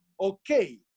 Okay